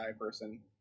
person